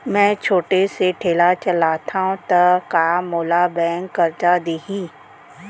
मैं छोटे से ठेला चलाथव त का मोला बैंक करजा दिही?